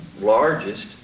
largest